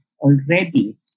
already